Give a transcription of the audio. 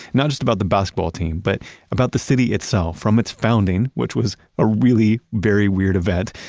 not just about the basketball team, but about the city itself. from its founding, which was a really very weird event,